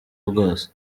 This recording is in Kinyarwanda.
bwose